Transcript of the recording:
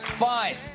Fine